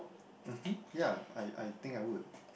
mmhmm ya I I think I would